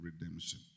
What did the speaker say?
redemption